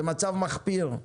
זה מצב מחפיר,